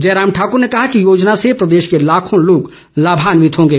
जयराम ठाकूर ने कहा कि योजना से प्रदेश के लाखों लोग लाभान्वित होंगे